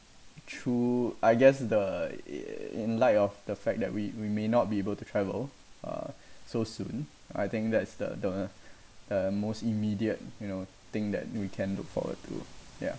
true I guess the in light of the fact that we we may not be able to travel uh so soon I think that's the uh most immediate you know thing that we can look forward to ya